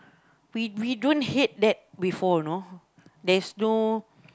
we we don't hate that before you know there's no